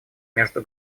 между